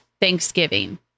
Thanksgiving